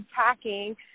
attacking